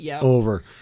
over